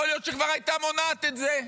יכול להיות שהיא כבר הייתה מונעת את זה.